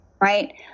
Right